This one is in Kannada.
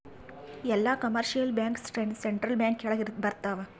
ಎಲ್ಲ ಕಮರ್ಶಿಯಲ್ ಬ್ಯಾಂಕ್ ಸೆಂಟ್ರಲ್ ಬ್ಯಾಂಕ್ ಕೆಳಗ ಬರತಾವ